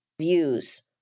views